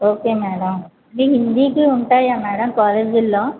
okay madam ఇది హిందీకి ఉంటాయా మ్యాడం కాలేజీల్లో